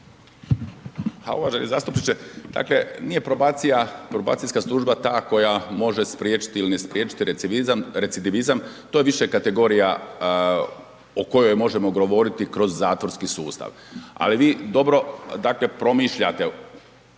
Juro** Uvaženi zastupniče, dakle nije probacija, probacijska služba ta koja može spriječiti ili ne spriječiti recidivizam to je više kategorija o kojoj možemo govoriti kroz zatvorski sustav, ali vi dobro dakle promišljate.